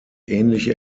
ähnliche